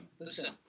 Listen